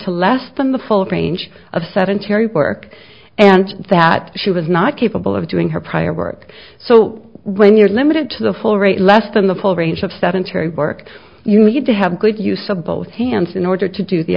to less than the full range of sedentary work and that she was not capable of doing her prior work so when you're limited to the full rate less than the full range of seven terry work you need to have good use of both hands in order to do the